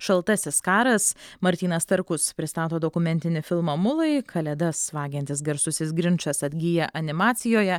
šaltasis karas martynas starkus pristato dokumentinį filmą mulai kalėdas vagiantis garsusis grinčas atgyja animacijoje